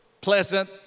pleasant